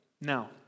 Now